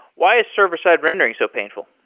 why is server-side rendering so painful?